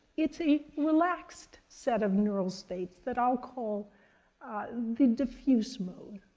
it's a relaxed set of neural states that i'll call the diffuse mode.